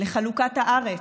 לחלוקת הארץ,